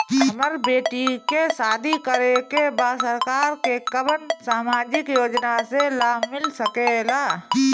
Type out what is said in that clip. हमर बेटी के शादी करे के बा सरकार के कवन सामाजिक योजना से लाभ मिल सके ला?